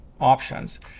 options